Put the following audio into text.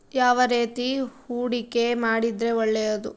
ಯಾವ ರೇತಿ ಹೂಡಿಕೆ ಮಾಡಿದ್ರೆ ಒಳ್ಳೆಯದು?